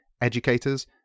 educators